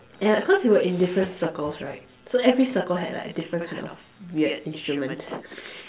yeah cause we were in different circles right so every circle had like a different kind of weird instrument